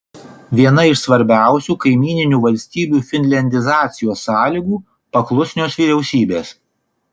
viena iš svarbiausių kaimyninių valstybių finliandizacijos sąlygų paklusnios vyriausybės